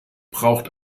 braucht